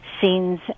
scenes